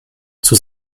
zur